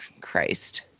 Christ